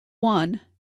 one